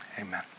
Amen